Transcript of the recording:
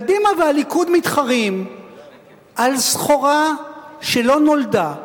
קדימה והליכוד מתחרים על סחורה שלא נולדה,